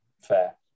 fair